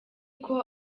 uko